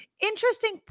Interesting